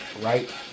right